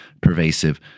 pervasive